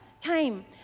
came